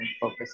focus